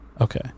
Okay